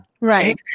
Right